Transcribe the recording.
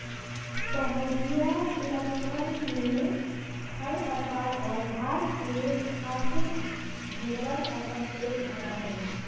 पहड़ीया इलाकवन में खरपतवार और घास के खाके भेंड़वन अपन पेट भरा हई